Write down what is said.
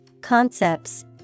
concepts